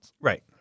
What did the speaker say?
right